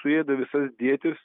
suėda visas dėtis